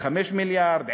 5 מיליארד,